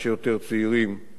כדי שלא ינהגו כמותו.